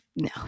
No